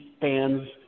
fans